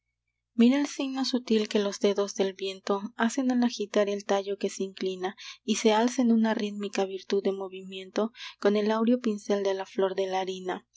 mira el signo sutil que los dedos del viento hacen al agitar el tallo que se inclina y se alza en una rítmica virtud de movimiento con el áureo pincel de la flor de la harina